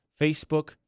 Facebook